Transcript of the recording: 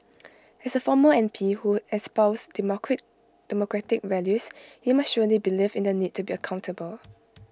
as A former M P who espoused democratic values he must surely believe in the need to be accountable